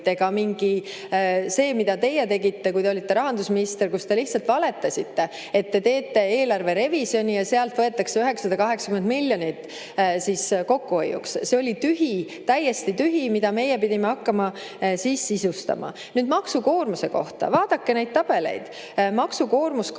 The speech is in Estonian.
ega mingi selline [asi], mida teie tegite, kui te olite rahandusminister ja lihtsalt valetasite, et te teete eelarve revisjoni ja sealt võetakse 980 miljonit kokkuhoiuks. See oli tühi, täiesti tühi [lubadus], mida meie pidime hakkama siis sisustama. Nüüd maksukoormuse kohta. Vaadake neid tabeleid. Maksukoormus kahaneb